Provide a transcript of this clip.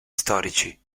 storici